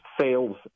sales